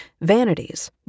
vanities